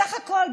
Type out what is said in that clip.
בסך הכול,